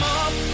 up